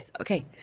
okay